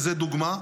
וזו דוגמה,